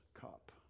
cup